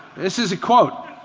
this is a quote.